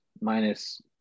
minus